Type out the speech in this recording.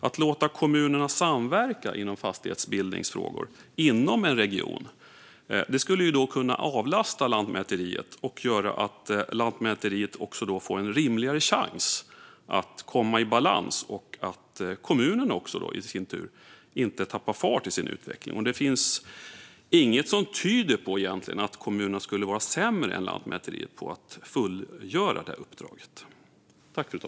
Att låta kommunerna samverka i fastighetsbildningsfrågor inom en region skulle kunna avlasta Lantmäteriet och göra att Lantmäteriet får en rimligare chans att komma i balans och att kommunen inte tappar fart i sin utveckling. Det finns inget som tyder på att kommunerna skulle vara sämre än Lantmäteriet på att fullgöra det uppdraget.